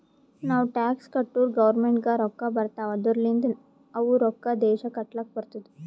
ನಾವ್ ಟ್ಯಾಕ್ಸ್ ಕಟ್ಟುರ್ ಗೌರ್ಮೆಂಟ್ಗ್ ರೊಕ್ಕಾ ಬರ್ತಾವ್ ಅದೂರ್ಲಿಂದ್ ಅವು ರೊಕ್ಕಾ ದೇಶ ಕಟ್ಲಕ್ ಬರ್ತುದ್